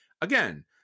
Again